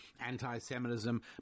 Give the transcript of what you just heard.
anti-Semitism